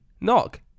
Knock